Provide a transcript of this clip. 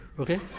okay